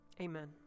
amen